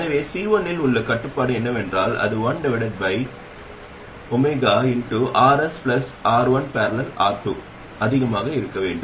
எனவே C1 இல் உள்ள கட்டுப்பாடு என்னவென்றால் அது 1RsR1||R2 அதிகமாக இருக்க வேண்டும்